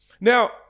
Now